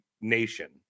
nation